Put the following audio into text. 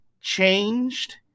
changed